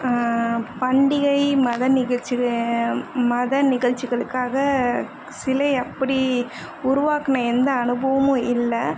பண்டிகை மத நிகழ்ச்சிகள் மத நிகழ்ச்சிகளுக்காக சிலை அப்படி உருவாக்கின எந்த அனுபவமும் இல்லை